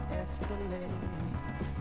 escalate